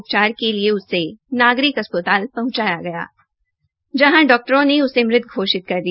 उपचार के लिए उसे नागरिक अस्पताल पहुंचाया गया जहां डाक्टरों ने उसे मृत घोषित कर दिया